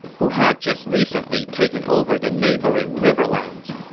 who had just recently taken over the neighboring riverlands.